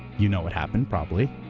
you know what happened probably.